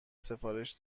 سفارش